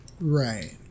Right